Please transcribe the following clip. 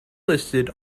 listed